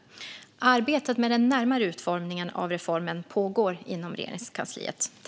Arbetet med den närmare utformningen av reformen pågår inom Regeringskansliet.